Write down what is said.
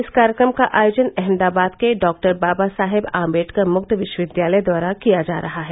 इस कार्यक्रम का आयोजन अहमदाबाद के डॉक्टर बाबा साहेब आम्बेडकर मुक्त विश्वविद्यालय द्वारा किया जा रहा है